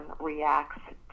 reacts